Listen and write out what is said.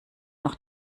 noch